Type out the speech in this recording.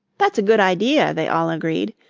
that's a good idea, they all agreed,